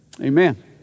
amen